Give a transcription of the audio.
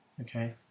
Okay